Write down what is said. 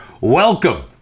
Welcome